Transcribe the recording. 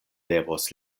devos